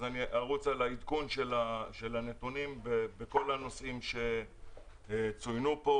אז אני ארוץ על עדכון הנתונים בכל הנושאים שצוינו פה.